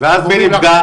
ואז מי נפגע,